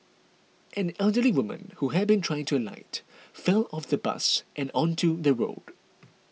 an elderly woman who had been trying to alight fell off the bus and onto the road